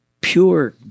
pure